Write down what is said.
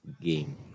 game